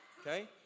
Okay